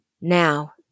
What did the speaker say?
Now